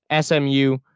SMU